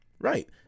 Right